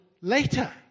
later